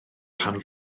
rhan